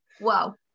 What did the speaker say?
Wow